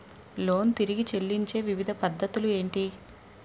Loan తిరిగి చెల్లించే వివిధ పద్ధతులు ఏంటి?